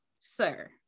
sir